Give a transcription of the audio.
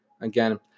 Again